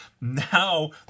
now